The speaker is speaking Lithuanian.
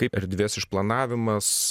kaip erdvės išplanavimas